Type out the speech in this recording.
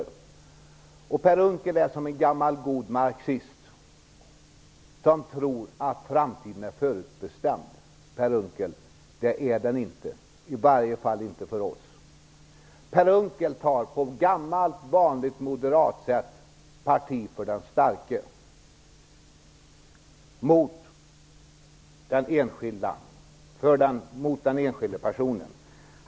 Per Unckel är som en gammal god marxist - de tror att framtiden är förutbestämd. Det är den inte, Per Unckel, i varje fall inte för oss. Per Unckel tar på gammalt vanligt moderatsätt parti för den starke mot den enskilda människan.